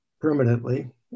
permanently